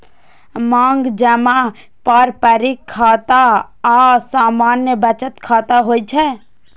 मांग जमा पारंपरिक खाता आ सामान्य बचत खाता होइ छै